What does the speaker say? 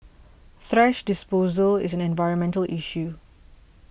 thrash disposal is an environmental issue